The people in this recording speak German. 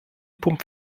pump